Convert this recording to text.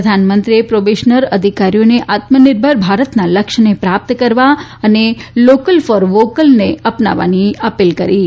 પ્રધાનમંત્રીએ પ્રોબેશનર અધિકારીઓને આત્મનિર્ભર ભારતના લક્ષ્યને પ્રાપ્ત કરવા અને લોકલ ફોર વોકલને અપનાવવાની અપીલ કરી છે